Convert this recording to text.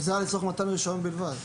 וזה היה לצורך מתן רישיון בלבד.